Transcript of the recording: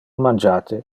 mangiate